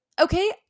Okay